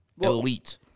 Elite